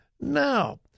now